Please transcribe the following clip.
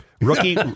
Rookie